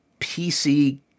PC